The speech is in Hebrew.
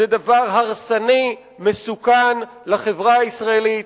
זה דבר הרסני ומסוכן לחברה הישראלית,